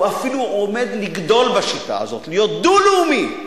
הוא אפילו עומד לגדול בשיטה הזאת, להיות דו-לאומי.